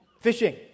fishing